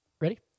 ready